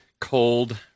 cold